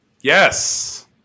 Yes